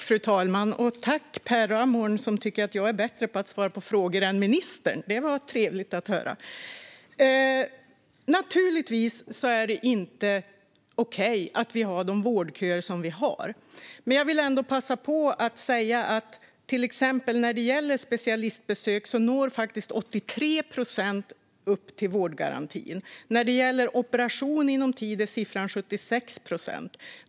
Fru talman! Tack, Per Ramhorn, som tycker att jag är bättre på att svara på frågor än statsministern - det var trevligt att höra! Naturligtvis är det inte okej att vi har de vårdköer vi har. Men jag vill ändå passa på att säga att man faktiskt när det gäller till exempel specialistbesök når upp till vårdgarantin i 83 procent av fallen. När det gäller operation i tid är siffran 76 procent.